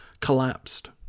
collapsed